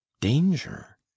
Danger